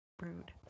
rude